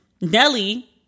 Nelly